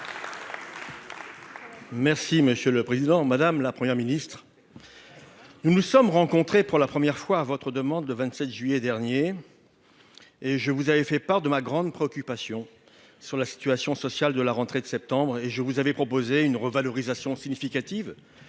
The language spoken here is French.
et Républicain. Madame la Première ministre, nous nous sommes rencontrés pour la première fois, sur votre demande, le 27 juillet dernier. Je vous avais alors fait part de ma grande préoccupation quant à la situation sociale de la rentrée de septembre et vous avais proposé une revalorisation significative